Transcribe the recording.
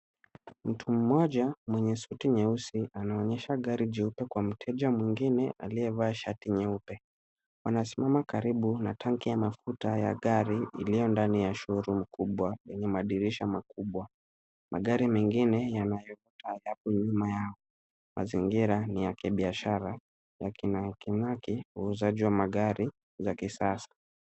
Mtu mmoja mwenye suti nyeusi anaonyesha gari jeupe kwa mteja mwingine aliyevaa shati nyeupe. Wanasimama karibu na tanki ya mafuta ya gari iliyo ndani ya Showroom kubwa yenye madirisha makubwa. Magari mengine yanaonekana nyuma yao. Mazingira ni ya kibiashara yakimaki uuzaji wa magari ya kisasa.